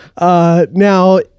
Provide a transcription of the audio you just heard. Now